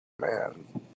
Man